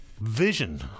vision